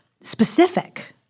specific